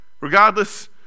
Regardless